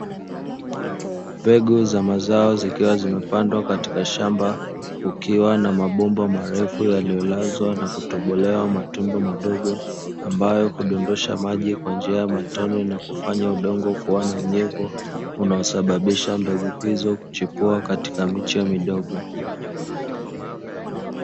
Mbegu za mazao zikiwa zimepandwa katika shamba kukiwa na mabomba marefu yaliyolazwa na kutobolewa matundu madogo, ambayo hudondosha maji kwa njia ya matone na kufanya udongo kuwa na unyevu unaosababisha mbegu hizo kuchipua katika miche midogo.